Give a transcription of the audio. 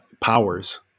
powers